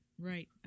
Right